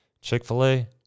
Chick-fil-A